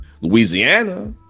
Louisiana